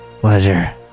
Pleasure